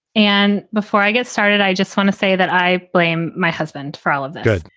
and before i get started, i just want to say that i blame my husband for all of the good.